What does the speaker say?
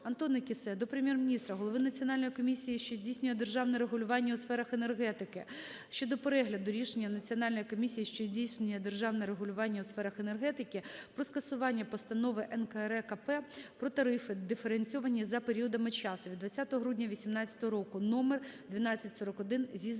Антона Кіссе до Прем'єр-міністра, голови Національної комісії, що здійснює державне регулювання у сферах енергетики щодо перегляду рішення Національної комісії, що здійснює державне регулювання у сферах енергетики про скасування Постанови НКРЕКП "Про тарифи, диференційовані за періодами часу" від 20 грудня 18-го року № 1241 (зі